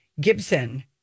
Gibson